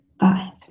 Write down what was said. five